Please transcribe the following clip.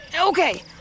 Okay